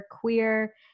queer